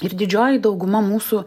ir didžioji dauguma mūsų